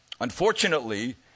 Unfortunately